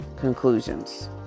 conclusions